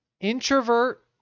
introvert